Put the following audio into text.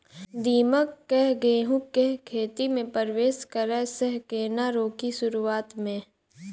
दीमक केँ गेंहूँ केँ खेती मे परवेश करै सँ केना रोकि शुरुआत में?